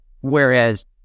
whereas